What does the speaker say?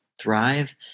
thrive